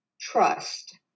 trust